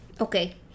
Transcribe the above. Okay